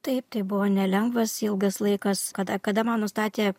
taip tai buvo nelengvas ilgas laikas kada kada man nustatė